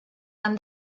han